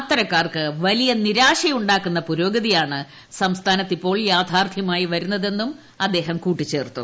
അത്തരക്കാർക്ക് വലിയ നിരാശയുണ്ടാക്കുന്ന പുരോഗതിയാണ് സംസ്ഥാനത്ത് ഇപ്പോൾ യാഥാർത്ഥ്യമായി വരുന്നതെന്നും അദ്ദേഹം കൂട്ടിച്ചേർത്തു